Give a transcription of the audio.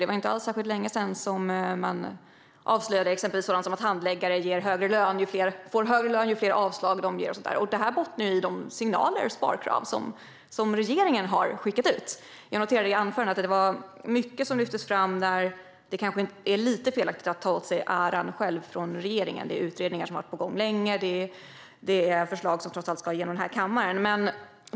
Det var inte alls särskilt länge sedan man avslöjade exempelvis att handläggare får högre lön ju fler avslag de gör och så vidare. Detta bottnar i de signaler och sparkrav som regeringen har skickat ut. Jag noterade att det i anförandet var mycket som lyftes fram och som det kanske är lite felaktigt av regeringen att ta åt sig äran för; det är utredningar som har varit på gång länge, och det är förslag som trots allt ska igenom den här kammaren.